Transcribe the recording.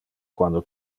quando